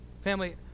Family